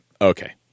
Okay